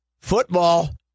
football